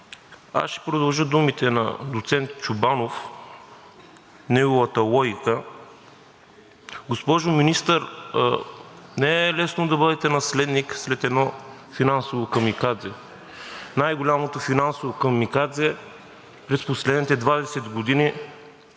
Ще продължа думите на доцент Чобанов, неговата логика. Госпожо Министър, не е лесно да бъдете наследник след едно финансово камикадзе – най-голямото финансово камикадзе през последните 20 години,